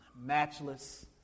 matchless